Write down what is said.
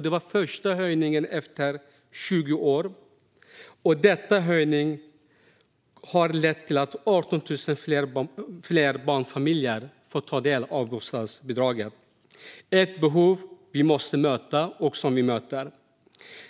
Det var den första höjningen på 20 år, och den har lett till att 18 000 fler barnfamiljer får ta del av bostadsbidrag. Detta är ett behov som vi måste möta och som vi möter.